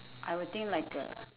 I would think like a